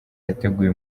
yateguwe